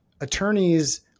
attorneys